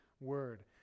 Word